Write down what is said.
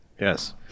Yes